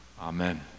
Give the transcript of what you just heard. Amen